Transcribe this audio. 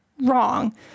wrong